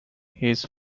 his